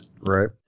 Right